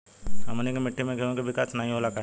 हमनी के मिट्टी में गेहूँ के विकास नहीं होला काहे?